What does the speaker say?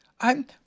I'm